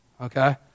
Okay